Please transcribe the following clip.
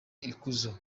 ikuzo